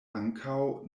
ankaŭ